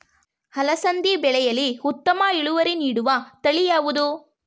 ಅಲಸಂದಿ ಬೆಳೆಯಲ್ಲಿ ಉತ್ತಮ ಇಳುವರಿ ನೀಡುವ ತಳಿ ಯಾವುದು?